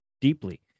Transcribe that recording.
deeply